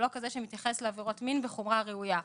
לא כזה שמתייחס לעבירות מין בחומרה הראויה.